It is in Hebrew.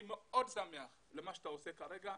אני מאוד שמח למה שאתה עושה כרגע,